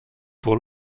pour